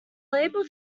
label